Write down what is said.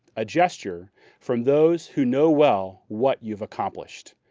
a gesture from those who know well what you've accomplished,